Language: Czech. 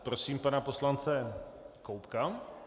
Prosím pana poslance Koubka.